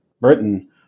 Britain